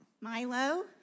Milo